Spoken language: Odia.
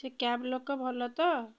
ସେ କ୍ୟାବ୍ ଲୋକ ଭଲ ତ